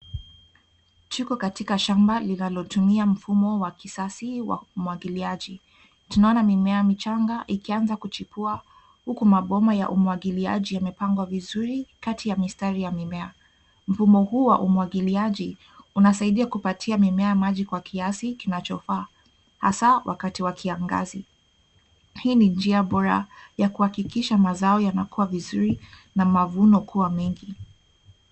Tuko katika shamba linalotumia mfumo wa kisasa wa umwagiliaji. Tunaona mimea michanga ikianza kuchipua huku mabomba ya umwagiliaji yamepangwa vizuri kati ya mistari ya mimea. Mfumo huu wa umwagiliaji unasaidia kupatia mimea maji kwa kiasi kinachofaa hasa wakati wa kiangazi. Hii ni njia bora ya kuhakikisha mazao yanakuwa vizuri na mavuno kuwa mengi.